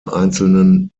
einzelnen